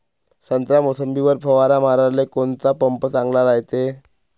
संत्रा, मोसंबीवर फवारा माराले कोनचा पंप चांगला रायते?